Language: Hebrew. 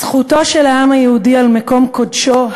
זכותו של העם היהודי על מקום קודשו,